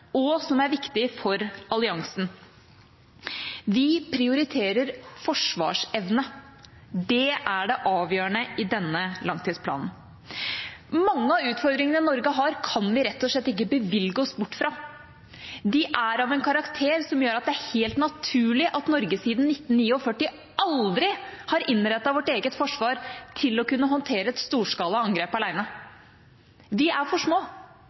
og som er viktig for alliansen. Vi prioriterer forsvarsevne. Det er det avgjørende i denne langtidsplanen. Mange av utfordringene som Norge har, kan vi rett og slett ikke bevilge oss bort fra. De er av en karakter som gjør at det er helt naturlig at Norge siden 1949 aldri har innrettet sitt eget forsvar til å kunne håndtere et storskala angrep alene. Vi er for små.